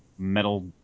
metal